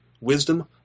wisdom